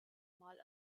mal